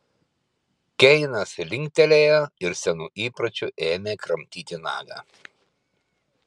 keinas linktelėjo ir senu įpročiu ėmė kramtyti nagą